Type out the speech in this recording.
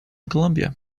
colombia